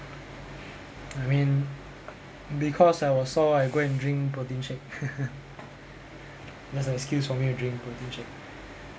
I mean because I was sore I go and drink protein shake that's an excuse for me to drink protein shake